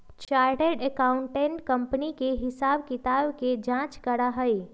chartered accountant company के हिसाब किताब के जाँच करा हई